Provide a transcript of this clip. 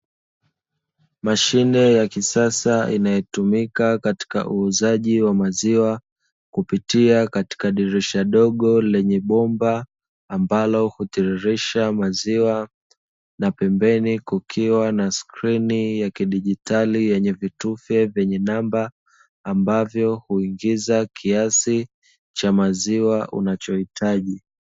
Mashine ya kisasa inayojihusishaa na uuzaji wa maziwa kupitia katika dirisha dogo lenye ambalo hutirirsha maziwa na pembeni kukiwa na skrini ya kidigitali yenye vitufe vyenye namba ambavyo huingiza kiasi cha maziwa unayohitaji.